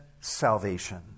salvation